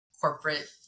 corporate